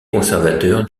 conservateur